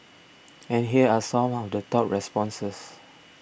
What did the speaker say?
and here are some of the top responses